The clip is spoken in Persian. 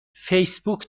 فیسبوک